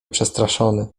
przestraszony